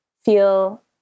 feel